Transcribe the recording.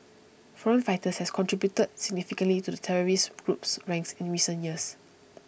foreign fighters has contributed significantly to the terrorist group's ranks in recent years